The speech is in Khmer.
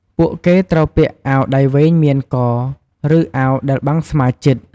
ពួកគេត្រូវពាក់អាវដៃវែងមានក ឬ អាវដែលបាំងស្មាជិត។